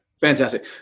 Fantastic